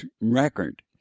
record